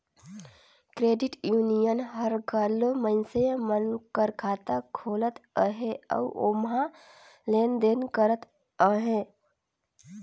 credit union हर घलो मइनसे मन कर खाता खोलत अहे अउ ओम्हां लेन देन करत अहे